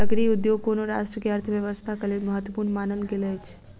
लकड़ी उद्योग कोनो राष्ट्र के अर्थव्यवस्थाक लेल महत्वपूर्ण मानल गेल अछि